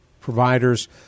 providers